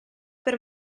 per